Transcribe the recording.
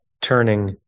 turning